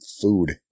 food